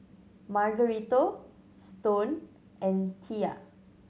Margarito Stone and Tilla